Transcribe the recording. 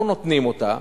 אנחנו נותנים אותה